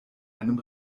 einem